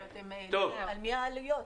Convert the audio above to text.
על מי העלויות?